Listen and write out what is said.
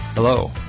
Hello